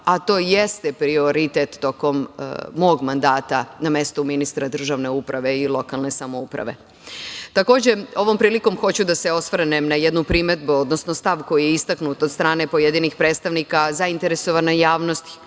a to jeste prioritet tokom mog mandata na mestu ministra državne uprave i lokalne samouprave. Ovom prilikom hoću da se osvrnem na jednu primedbu odnosno stav koji je istaknut od strane pojedinih predstavnika zainteresovane javnosti,